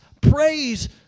Praise